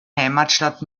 heimatstadt